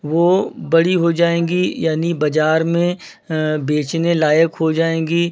वो बड़ी हो जाएँगी यानी बज़ार में बेचने लायक हो जाएँगी